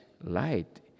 light